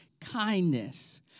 kindness